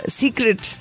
secret